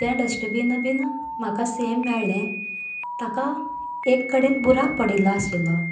तें dustbin bin म्हाका same मेळ्ळें ताका एक कडेन बुराक पडिल्लो आशिल्लो